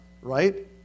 Right